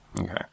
Okay